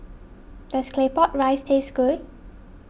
does Claypot Rice taste good